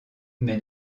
mais